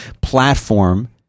platform